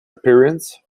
appearance